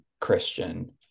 Christian